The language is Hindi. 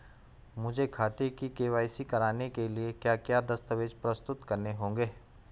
मुझे खाते की के.वाई.सी करवाने के लिए क्या क्या दस्तावेज़ प्रस्तुत करने होंगे?